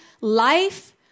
life